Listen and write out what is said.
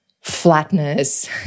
flatness